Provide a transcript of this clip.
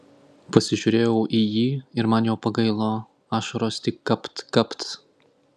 pasižiūrėjau į jį ir man jo pagailo ašaros tik kapt kapt